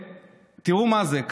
תראו מה זה,